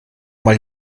mal